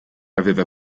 aveva